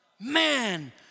Man